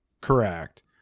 Correct